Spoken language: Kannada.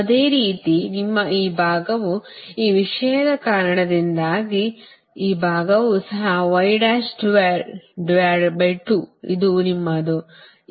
ಅದೇ ರೀತಿ ನಿಮ್ಮ ಈ ಭಾಗವು ಈ ವಿಷಯದ ಕಾರಣದಿಂದಾಗಿ ಈ ಭಾಗವು ಸಹ ಇದು ನಿಮ್ಮದು ಇದು j 0